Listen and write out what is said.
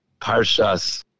Parshas